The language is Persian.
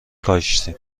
کاشتیم